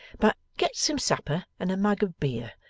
but get some supper and a mug of beer,